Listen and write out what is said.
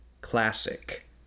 Classic